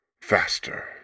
Faster